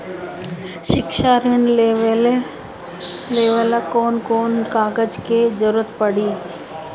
शिक्षा ऋण लेवेला कौन कौन कागज के जरुरत पड़ी?